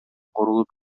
курулуп